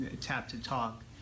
tap-to-talk